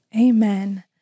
Amen